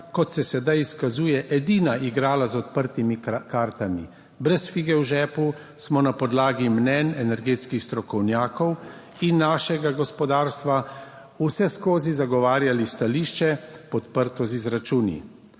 kot se sedaj izkazuje, edina igrala z odprtimi kartami. Brez fige v žepu smo na podlagi mnenj energetskih strokovnjakov in našega gospodarstva vseskozi zagovarjali stališče podprto z izračuni,